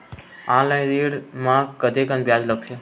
Online ऋण म कतेकन ब्याज लगथे?